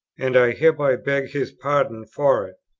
and i hereby beg his pardon for it.